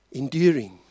enduring